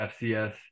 FCS